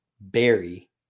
berry